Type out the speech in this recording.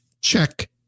check